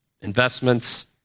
investments